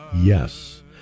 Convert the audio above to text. yes